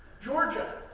georgia,